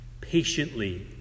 patiently